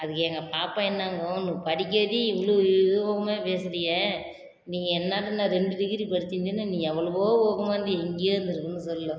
அதுக்கு எங்கள் பாப்பா என்னாங்கும் உனக்கு படிக்காட்டி இவ்வளு இதுவும் பேசுறீயே நீங்கள் என்னை இன்னும் ரெண்டு டிகிரி படிச்சிருந்தீன்னா நீ எவ்வளவோ ஓகமாந்து எங்கேயோ இருந்துருக்கன்னு சொல்லும்